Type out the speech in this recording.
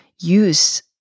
use